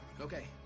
Okay